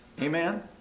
Amen